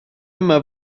yma